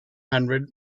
hundred